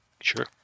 Sure